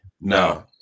No